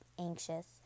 anxious